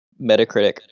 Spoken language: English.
metacritic